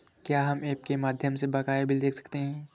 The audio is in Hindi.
क्या हम ऐप के माध्यम से बकाया बिल देख सकते हैं?